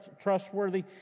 trustworthy